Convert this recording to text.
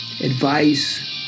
advice